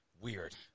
weird